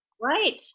Right